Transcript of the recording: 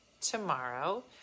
tomorrow